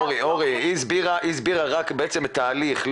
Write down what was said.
אורי, היא הסבירה רק את ההליך.